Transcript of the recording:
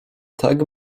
tak